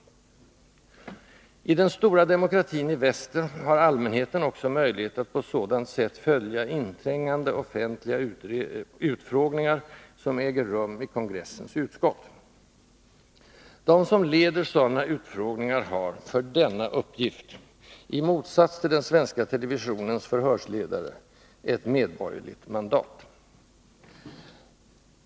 14 december 1982 I den stora demokratin i väster har allmänheten också möjlighet att på sådant sätt följa inträngande offentliga utfrågningar, som äger rum i = Vissa frågor rökongressens utskott. De som leder sådana utfrågningar har för denna uppgift rande riksdagens — i motsats till den svenska televisionens förhörsledare — ett medborgerligt arbetsformer mandat.